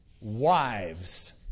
Wives